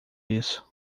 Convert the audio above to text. isso